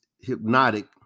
hypnotic